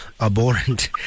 abhorrent